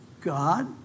God